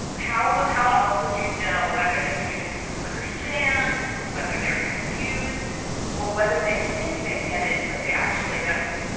how how else would you know whether the students understand, whether they're confused or whether they think they get it but they actually don't?